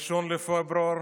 ב-1 בפברואר